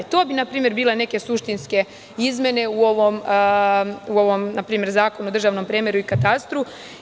To bi npr. bile neke suštinske izmene u ovom Zakonu o državnom premeru i katastru.